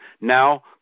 Now